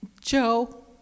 Joe